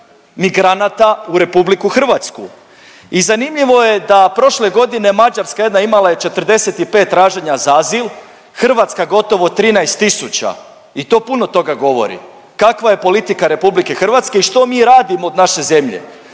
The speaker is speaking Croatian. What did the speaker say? I zanimljivo je da prošle godine Mađarska jedna imala je 45 tražena za azil, Hrvatska gotovo 13 tisuća. I to puno toga govori, kakva je politika RH i što mi radimo od naše zemlje.